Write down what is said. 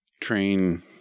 train